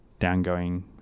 downgoing